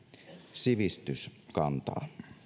sivistys kantaa arvoisa